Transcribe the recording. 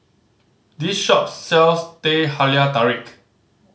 this shop sells Teh Halia Tarik